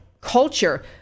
culture